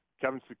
Kevin